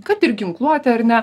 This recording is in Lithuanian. kad ir ginkluotę ar ne